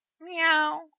Meow